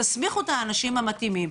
תסמיכו את האנשים המתאימים.